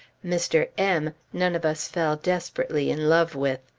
mr. m, none of us fell desperately in love with.